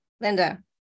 Linda